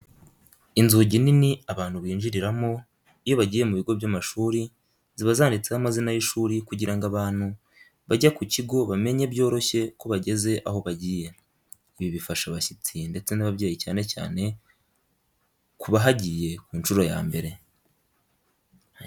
Inzugi nini abantu binjiriramo iyo bagiye mu bigo by'amashuri, ziba zanditseho amazina y’ishuri kugira ngo abantu bajya ku kigo bamenye byoroshye ko bageze aho bagiye, ibi bifasha abashyitsi ndetse n'ababyeyi cyane cyane ku bahagiye ku nshuro ya mbere.